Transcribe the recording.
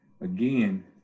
again